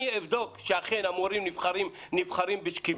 אני אבדוק שאכן המורים נבחרים בשקיפות,